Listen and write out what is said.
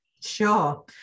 Sure